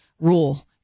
rule